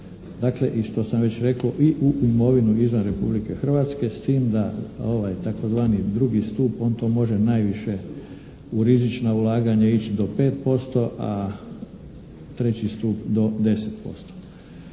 dakle i što sam već rekao i u imovinu izvan Republike Hrvatske s tim da ovaj tzv. drugi stup on to može najviše u rizična ulaganja ići do 5%, a treći stup do 10%.